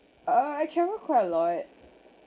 uh I travel quite a lot